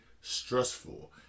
stressful